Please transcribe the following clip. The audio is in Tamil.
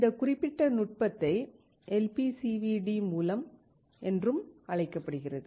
இந்த குறிப்பிட்ட நுட்பத்தை எல்பிசிவிடி என்றும் அழைக்கப்படுகிறது